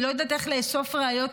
היא לא יודעת איך לאסוף ראיות,